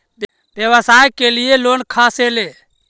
व्यवसाय के लिये लोन खा से ले?